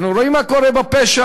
אנחנו רואים מה קורה בפשע,